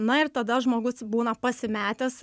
na ir tada žmogus būna pasimetęs